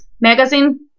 magazine